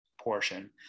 portion